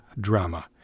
drama